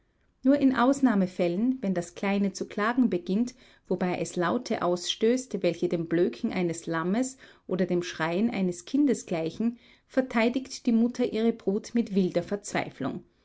nur in ausnahmefällen wenn das kleine zu klagen beginnt wobei es laute ausstößt welche dem blöken eines lammes oder dem schreien eines kindes gleichen verteidigt die mutter ihre brut mit wilder verzweiflung